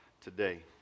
today